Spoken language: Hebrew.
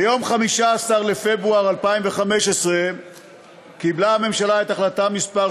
ביום 15 בפברואר 2015 קיבלה הממשלה את החלטה מס'